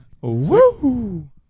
Woo